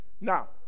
Now